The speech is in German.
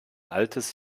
altes